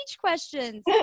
questions